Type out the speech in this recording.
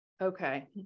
okay